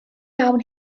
iawn